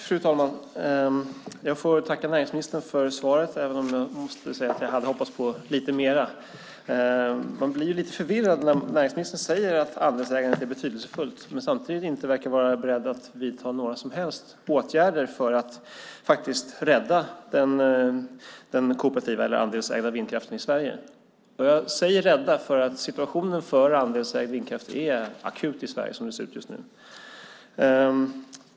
Fru talman! Jag får tacka näringsministern för svaret även om jag hade hoppats på lite mer. Man blir lite förvirrad när näringsministern säger att andelsägandet är betydelsefullt men samtidigt inte är beredd att vidta några som helst åtgärder för att rädda den kooperativa eller andelsägda vindkraften. Jag säger "rädda" därför att situationen för andelsägd vindkraft är akut i Sverige som det ser ut just nu.